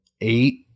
eight